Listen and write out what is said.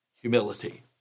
humility